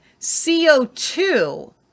CO2